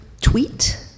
tweet